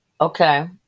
Okay